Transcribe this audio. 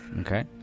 Okay